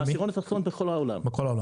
בעשירון התחתון בכל העולם,